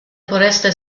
foreste